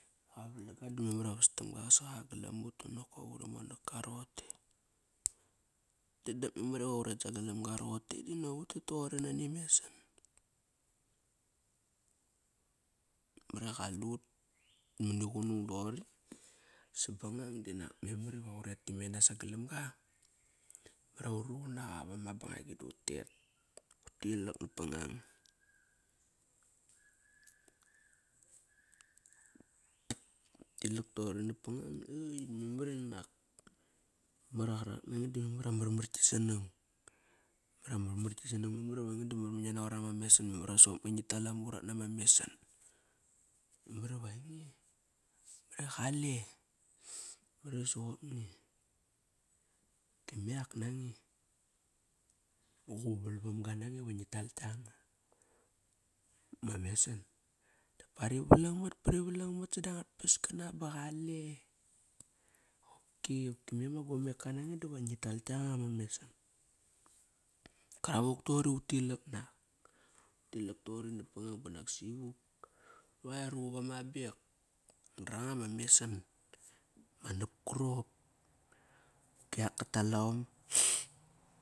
Ba ba nagak i vastam ga saqa galam ut banokop uri monak ka roqote. Dop memar iva uret sagalam ga roqote. Dop memar iva uret sagalam ga roqote dinak utet toqori nani mesan. Mara qalut mani qunung doqori, sabangang dinak memar iva uret tamena sagalam ga, Mamar vu ruqun naqa vama bangagi dut tet. Utilak napangang. Utilak toqori napangang mamar inak maraqarak nange da memar iva marmar gisnang Mamar ama gisnang, mamar iva nge da ngia naqor ama mesan, memar iva soqop nge ngit tal ama urat nama mesan Mamar iva qale, mar i soqop nge. Dame ak nange, Quval vamga nange va ngital kianga ma mesan. Dapa ri valang mat ri valang mat sada ngat pas kana ba qale qopki. Qopki me ma gomeka nange diva ngi tal kianga ma mesan. KAravuk toqori utilak nak. Utilak toqori napangang banak sivuk. Luluai ruqup ama abek naranga ma mesan. Ma napkarop. Kiak katal om.